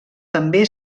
també